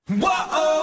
Whoa